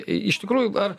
iš tikrųjų ar